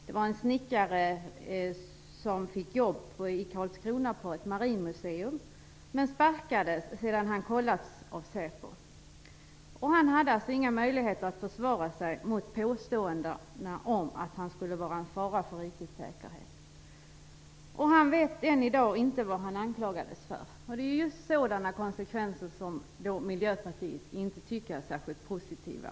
Det gällde en snickare som fick jobb i Karlskrona på ett marinmuseum men sparkades sedan kan kontrollerats av Säpo. Han hade inga möjligheter att försvara sig mot påståendena om att han skulle vara en fara för rikets säkerhet. Han vet ännu i dag inte vad han anklagades för. Det är just sådana konsekvenser som Miljöpartiet inte tycker är särskilt positiva.